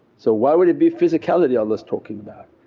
so why would it be physicality allah is talking about?